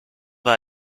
war